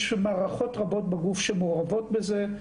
יש מערכות רבות בגוף שמעורבות בזה.